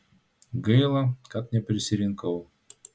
gaila kad neprisirinkau